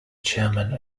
chairman